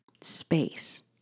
space